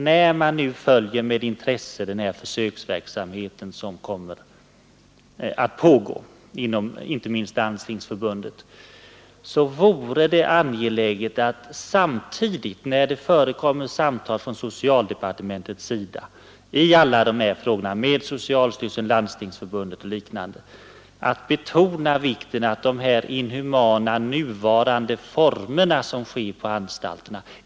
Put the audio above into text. När man med intresse följer den här försöksverksamheten inom inte minst Landstingsförbundet, och det förekommer samtal från socialdepartementets sida med socialstyrelsen och Landstingsförbundet i dessa frågor, så betona då hur inhumana de nuvarande formerna är på anstalterna.